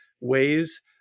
ways